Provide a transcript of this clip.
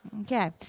Okay